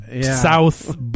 South